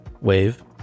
wave